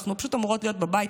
אנחנו פשוט אמורות להיות בבית.